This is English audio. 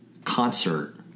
Concert